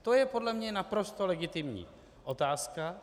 To je podle mě naprosto legitimní otázka.